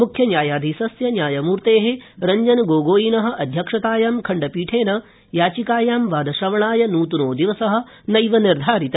मुख्यन्यायाधीशस्य न्यायमूर्ते रव्जनगोगोइन अध्यक्षतायां खण्डपीठेन याचिकायां वादश्रवाणाय नूतनो दिवस नैव निर्धारित